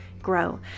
Grow